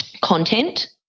content